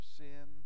sin